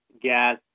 gas